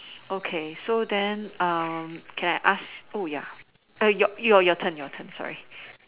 okay so then um can I ask oh ya your your turn your turn sorry